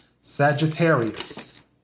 Sagittarius